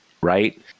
right